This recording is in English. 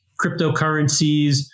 cryptocurrencies